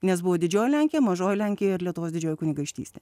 nes buvo didžioji lenkija mažoji lenkija ir lietuvos didžioji kunigaikštystė